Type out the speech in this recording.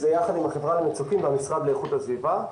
ביחד עם החברה למצוקים והמשרד לאיכות הסביבה.